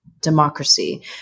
democracy